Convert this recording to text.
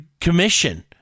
Commission